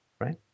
right